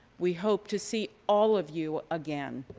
we hope to see all of you again.